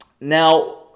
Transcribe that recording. Now